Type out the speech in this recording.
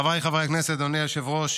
חבריי חברי הכנסת, אדוני היושב-ראש,